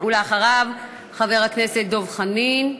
אחריו, חבר הכנסת דב חנין,